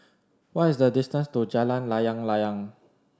what is the distance to Jalan Layang Layang